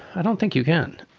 i don't think you can.